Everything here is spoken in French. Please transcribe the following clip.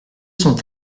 sont